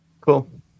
cool